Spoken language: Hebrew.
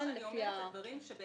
כל מה שאני אומרת, אלה דברים שבעצם